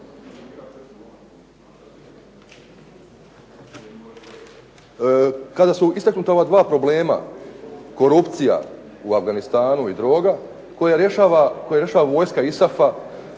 Kada su istaknuta ova dva problema korupcija u Afganistanu i droga koja rješava vojska ISAF-a,